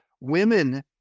Women